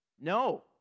No